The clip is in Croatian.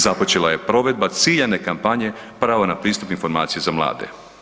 Započela je provedba ciljane kampanje prava pristup informacijama za mlade.